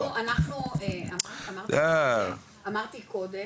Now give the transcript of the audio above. אמרתי קודם,